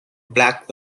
black